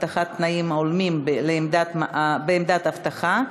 הבטחת תנאים הולמים בעמדות אבטחה),